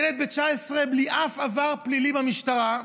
ילד בן 19 בלי אף עבר פלילי במשטרה,